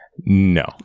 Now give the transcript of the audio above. No